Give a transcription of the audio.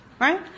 Right